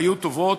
היו טובות,